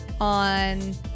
on